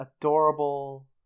adorable